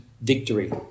victory